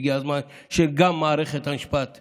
הגיע הזמן שגם מערכת המשפט תתגייס,